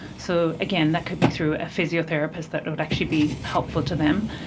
so again, that could be through a physiotherapist, that would actually be helpful to them.